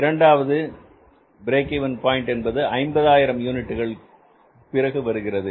இரண்டாவது break even point என்பது 50000 யூனிட்டுகள் வருகிறது